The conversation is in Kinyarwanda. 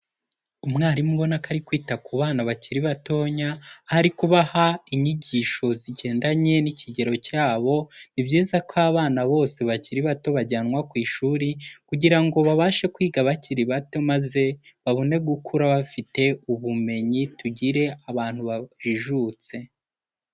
Umwarimu ubona ko ari kwita ku bana bakiri batoya, aho ari kubaha inyigisho zigendanye n'ikigero cyabo, ni byiza ko abana bose bakiri bato bajyanwa ku ishuri kugira ngo babashe kwiga bakiri bato maze babone gukura bafite ubumenyi tugire abantu bajijutse.